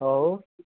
आहो